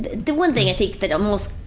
the one thing i think that almost.